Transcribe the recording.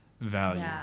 value